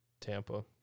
Tampa